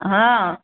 हँ